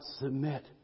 submit